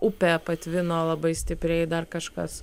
upė patvino labai stipriai dar kažkas